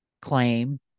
claim